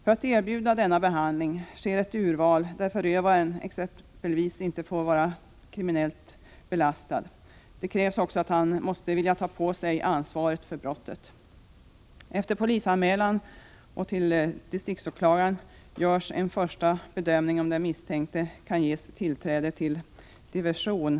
För att denna behandling skall kunna erbjudas sker ett urval. Förövaren får exempelvis inte vara kriminellt belastad. Det krävs också att han vill ta på sig ansvaret för brottet. Efter polisanmälan och anmälan till distriktsåklagaren görs en första bedömning huruvida den misstänkte kan ges tillträde till diversion.